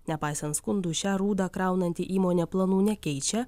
nepaisant skundų šią rūdą kraunanti įmonė planų nekeičia